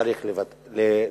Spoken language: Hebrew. צריך לטפל.